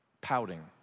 pouting